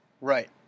Right